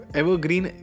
evergreen